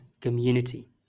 community